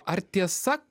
ar tiesa